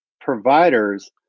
providers